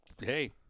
Hey